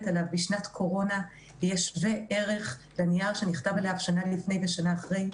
עליו בשנת קורונה יהיה שווה-ערך לנייר שנכתב עליו שנה לפני ושנה אחרי,